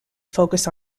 focus